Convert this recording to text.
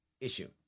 issue